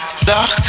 Dark